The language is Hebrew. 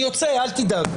אני יוצא, אל תדאג.